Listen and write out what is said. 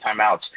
timeouts